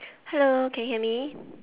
hello can you hear me